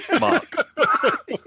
Mark